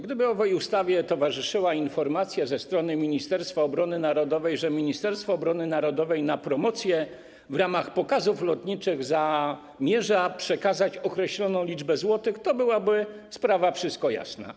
Gdyby owej ustawie towarzyszyła informacja ze strony Ministerstwa Obrony Narodowej, że Ministerstwo Obrony Narodowej na promocję w postaci pokazów lotniczych zamierza przekazać określoną kwotę, to sprawa byłaby jasna.